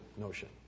notion